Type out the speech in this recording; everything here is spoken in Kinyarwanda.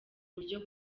uburyo